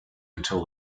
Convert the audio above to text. until